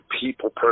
people